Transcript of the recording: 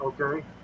Okay